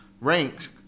Ranks